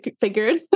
figured